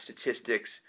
statistics